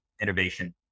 innovation